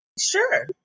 Sure